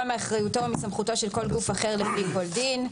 מאחריותו או מסמכותו של כל גוף אחר לפי כל דין.